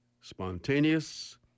Spontaneous